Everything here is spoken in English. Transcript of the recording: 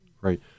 Right